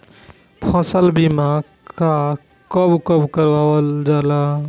फसल बीमा का कब कब करव जाला?